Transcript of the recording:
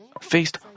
faced